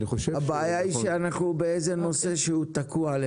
הבעיה היא שאנחנו באיזה נושא שהוא תקוע,